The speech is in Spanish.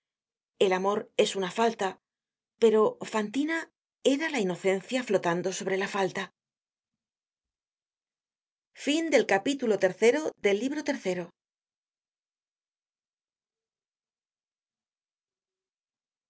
el amor es una falta pero fantina era la inocencia flotando sobre la falta